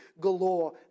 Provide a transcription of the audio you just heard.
galore